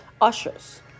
ushers